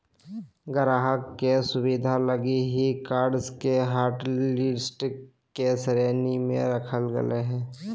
ग्राहकों के सुविधा लगी ही कार्ड्स के हाटलिस्ट के श्रेणी में रखल जा हइ